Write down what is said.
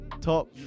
top